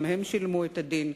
גם הם נתנו את הדין,